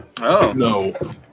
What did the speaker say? No